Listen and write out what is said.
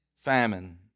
famine